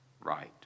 right